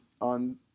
on